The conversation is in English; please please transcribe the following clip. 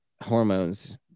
hormones